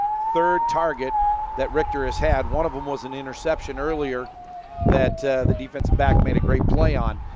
third target that richter has had. one of them was an interception earlier that the defensive back made a great play on.